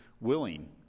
willing